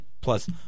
plus